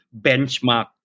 benchmark